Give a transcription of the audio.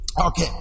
Okay